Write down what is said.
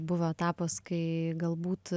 buvo etapas kai galbūt